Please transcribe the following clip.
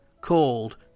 called